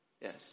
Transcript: Yes